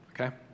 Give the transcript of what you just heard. okay